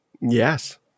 Yes